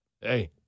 Hey